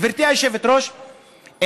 גברתי היושבת-ראש,